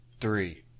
three